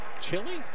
chili